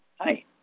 Hi